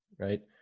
Right